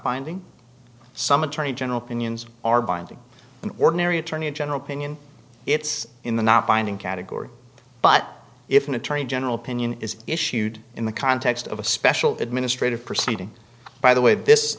finding some attorney general pinions are binding in ordinary attorney general pinion it's in the not binding category but if an attorney general pinion is issued in the context of a special administrative proceeding by the way this